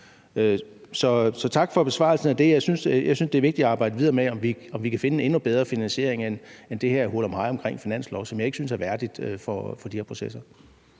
år. Tak for besvarelsen af det. Jeg synes, det er vigtigt at arbejde videre med, om vi kan finde en endnu bedre finansiering end det her hurlumhej omkring finansloven, som jeg ikke synes er værdigt for de her processer.